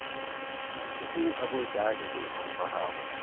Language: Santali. ᱛᱮᱦᱮᱧ ᱟᱵᱚ ᱡᱟ ᱜᱮᱵᱚᱱ ᱚᱞ ᱯᱟᱲᱦᱟᱣ ᱟᱠᱟᱱᱟ